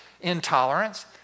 intolerance